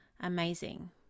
amazing